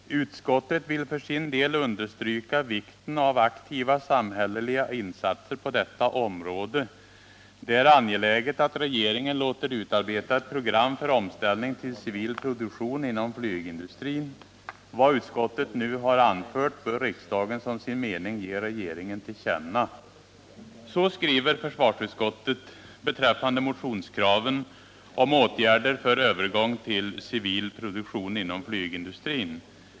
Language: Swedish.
Herr talman! ”Utskottet vill för sin del understryka vikten av aktiva samhälleliga insatser på detta område. Det är angeläget att regeringen låter utarbeta ett program för omställning till civil produktion inom flygindustrin. Vad utskottet nu har anfört bör riksdagen som sin mening ge regeringen till känna.” Så skriver försvarsutskottet beträffande motionskraven på åtgärder för övergång till civil produktion inom flygindustrin.